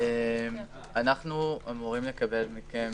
אנחנו אמורים לקבל מכם